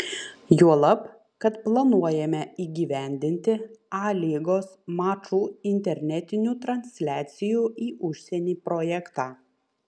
juolab kad planuojame įgyvendinti a lygos mačų internetinių transliacijų į užsienį projektą